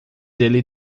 ele